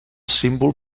símbol